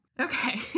Okay